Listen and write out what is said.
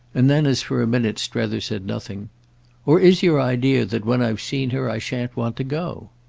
and then as for a minute strether said nothing or is your idea that when i've seen her i shan't want to go?